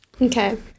Okay